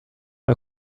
der